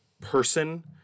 person